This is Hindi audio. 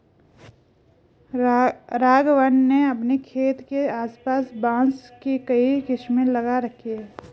राघवन ने अपने खेत के आस पास बांस की कई किस्में लगा रखी हैं